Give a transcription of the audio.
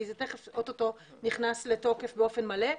כי זה תכף, אוטוטו נכנס לתוקף באופן מלא.